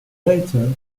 later